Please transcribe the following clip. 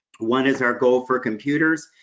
one is our goal for computers,